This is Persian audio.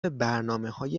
برنامههای